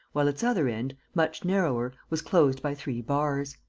while its other end, much narrower, was closed by three bars.